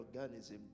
organism